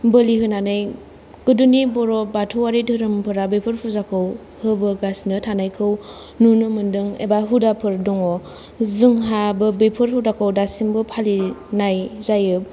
बोलि होनानै गोदोनि बर' बाथौआरि धोरोमफोरा बेफोर फुजाखौ होबोगासिनो थानायखौ नुनो मोनदों एबा हुदाफोर दङ जोंहाबो बेफोर हुदाखौ दासिमबो फालिनाय जायो